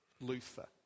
Luther